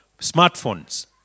smartphones